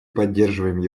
поддерживаем